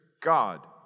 God